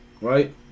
right